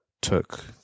took